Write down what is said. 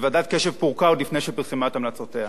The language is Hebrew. וועדת קש"ב פורקה עוד לפני שפרסמה את המלצותיה.